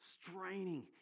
straining